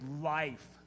life